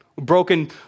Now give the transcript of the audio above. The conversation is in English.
Broken